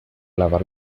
lavar